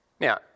Now